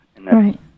Right